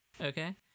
okay